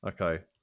Okay